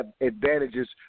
advantages